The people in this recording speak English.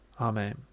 Amen